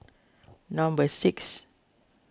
number six